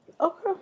Okay